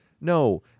no